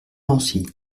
lancy